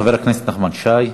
חבר הכנסת נחמן שי,